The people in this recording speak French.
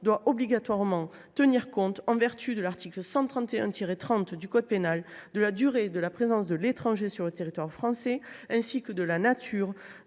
doit obligatoirement tenir compte, en vertu de l’article 131 30 du code pénal, de la durée de la présence de l’étranger sur le territoire français, ainsi que de la nature,